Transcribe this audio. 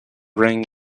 rang